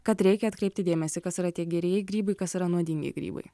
kad reikia atkreipti dėmesį kas yra tie gerieji grybai kas yra nuodingi grybai